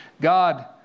God